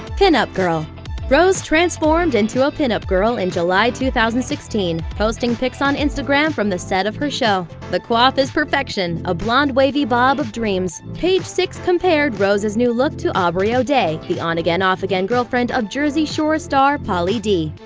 pin-up girl rose transformed into a pin-up girl in july two thousand and sixteen, posting pics on instagram from the set of her show. the coif is perfection, a blonde wavy bob of dreams. page six compared rose's new look to aubrey o'day, the on-again-off-again girlfriend of jersey shore star pauly d.